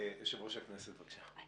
יושב-ראש הכנסת, בבקשה.